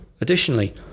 Additionally